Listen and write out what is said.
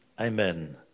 Amen